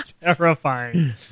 terrifying